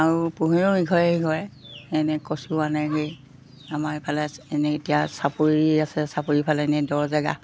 আৰু পুহেও ইঘৰে সিঘৰে এনে কচু আনেগৈ আমাৰ এইফালে এনেই এতিয়া চাপৰি আছে চাপৰিফালে এনেই দ জেগা